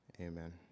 Amen